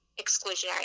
exclusionary